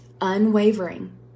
unwavering